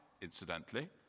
incidentally